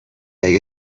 اگه